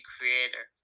Creator